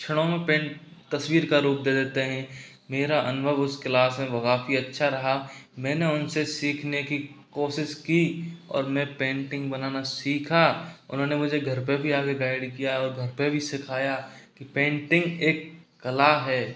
क्षणों में पेंट तस्वीर का रूप दे देते हैं मेरा अनुभव उस क्लास में काफ़ी अच्छा रहा मैंने उनसे सीखने की कोशिश की और मैं पेंटिंग बनाना सीखा उन्होंने मुझे घर पर भी आकर गाइड किया और घर पर भी सिखाया कि पेंटिंग एक कला है